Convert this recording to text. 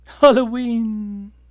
Halloween